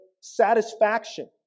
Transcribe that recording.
satisfaction